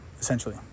essentially